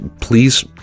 please